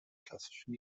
klassischen